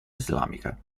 islamica